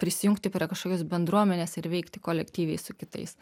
prisijungti prie kažkokios bendruomenės ir veikti kolektyviai su kitais